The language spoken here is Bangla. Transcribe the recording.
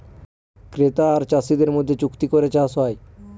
ক্রেতা আর চাষীদের মধ্যে চুক্তি করে চাষ হয়